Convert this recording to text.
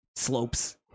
slopes